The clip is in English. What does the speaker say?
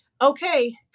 Okay